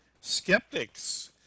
skeptics